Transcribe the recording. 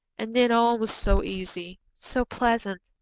and then all was so easy, so pleasant!